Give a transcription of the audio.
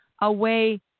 away